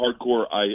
hardcore